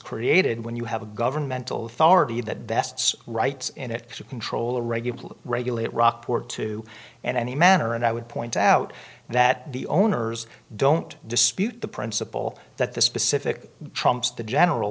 created when you have a governmental authority that best's rights in it to control a regular regulate rockport two and any manner and i would point out that the owners don't dispute the principle that the specific trumps the general